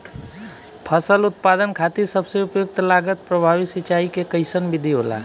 फसल उत्पादन खातिर सबसे उपयुक्त लागत प्रभावी सिंचाई के कइसन विधि होला?